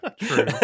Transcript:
true